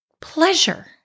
pleasure